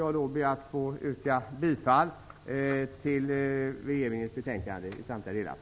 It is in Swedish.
Jag ber att få yrka bifall till hemställan i utskottets betänkande i samtliga delar.